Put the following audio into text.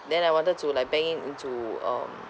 then I wanted to like bank in into um